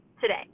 today